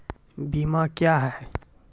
बीमा क्या हैं?